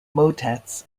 motets